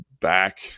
back